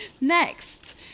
Next